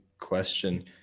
question